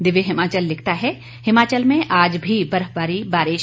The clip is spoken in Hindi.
दिव्य हिमाचल लिखता है हिमाचल में आज भी बर्फबारी बारिश